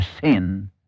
sin